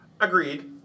Agreed